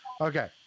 Okay